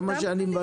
כך אני מבקש.